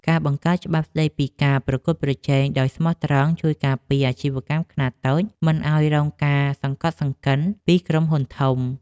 ការបង្កើតច្បាប់ស្តីពីការប្រកួតប្រជែងដោយស្មោះត្រង់ជួយការពារអាជីវកម្មខ្នាតតូចមិនឱ្យរងការសង្កត់សង្កិនពីក្រុមហ៊ុនធំ។